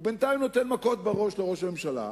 הוא בינתיים נותן מכות בראש לראש הממשלה.